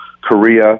Korea